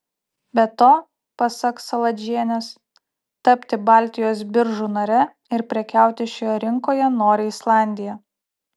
be to pasak saladžienės tapti baltijos biržų nare ir prekiauti šioje rinkoje nori islandija